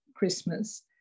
Christmas